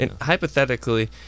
Hypothetically